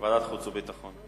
ועדת החוץ והביטחון.